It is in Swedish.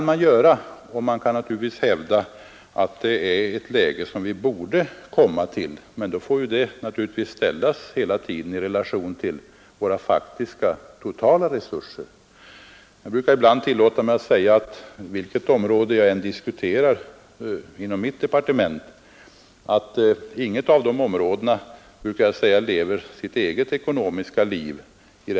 Man kan naturligtvis hävda att det är ett resultat som vi borde komma till. Men då får det naturligtvis hela tiden ställas i relation till våra faktiska totala resurser. Jag tillåter mig ibland att säga att vilket område inom mitt eget departement jag än diskuterar, så lever det inte sitt eget ekonomiska liv.